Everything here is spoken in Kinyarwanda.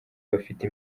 bafite